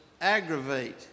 Aggravate